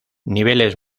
niveles